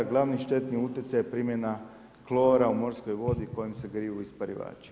Glavni štetni utjecaj je primjena klora u morskoj vodi u kojem se kriju isparivači.